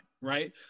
right